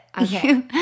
Okay